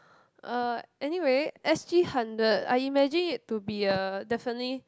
uh anyway S_G hundred I imagine it to be a definitely